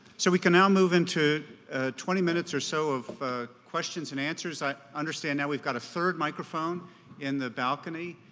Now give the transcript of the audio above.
so we can now move into twenty minutes or so of questions and answers. i understand now we've got a third microphone in the balcony,